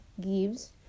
gives